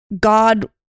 God